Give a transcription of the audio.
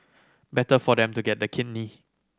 better for them to get the kidney